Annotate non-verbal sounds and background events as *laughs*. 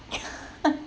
*laughs*